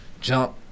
jump